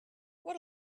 what